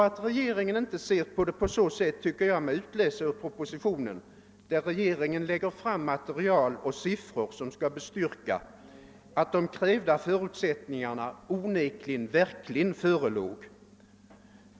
Att regeringen inte ser det på det sättet tycker jag mig kunna utläsa ur propositionen, där regeringen lägger fram material och siffror som skall bestyrka att de krävda förutsättningarna verkligen förelåg.